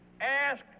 ask